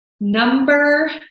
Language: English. Number